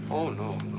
oh, no,